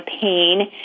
pain